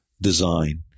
design